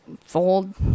fold